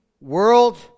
world